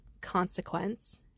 consequence